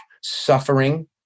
suffering